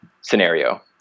scenario